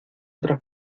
otra